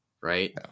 right